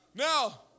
Now